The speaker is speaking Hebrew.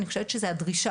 אני חושבת שהוא הדרישה,